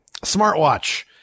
smartwatch